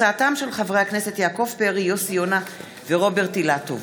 ובעקבות דיון מהיר בהצעתן של חברות הכנסת שרן השכל וקארין אלהרר בנושא: